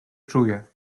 czuje